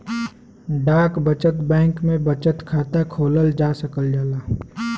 डाक बचत बैंक में बचत खाता खोलल जा सकल जाला